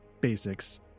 basics